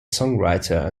songwriter